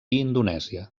indonèsia